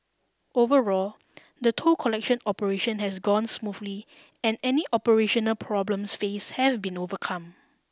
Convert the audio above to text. overall the toll collection operation has gone smoothly and any operational problems faced have been overcome